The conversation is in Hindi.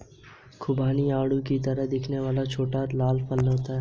खुबानी आड़ू की तरह दिखने वाला छोटा लाल फल होता है